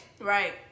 Right